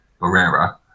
barrera